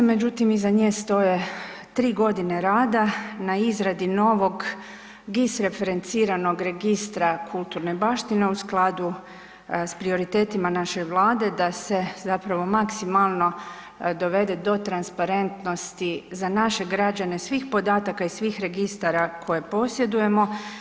Međutim, iza nje stoje 3.g. rada na izradi novog GIS referenciranog registra kulturne baštine u skladu s prioritetima naše Vlade da se zapravo maksimalno dovede do transparentnosti za naše građane svih podataka i svih registara koje posjedujemo.